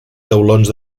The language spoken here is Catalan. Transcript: taulons